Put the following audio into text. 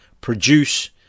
produce